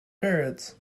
parrots